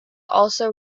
also